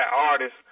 artists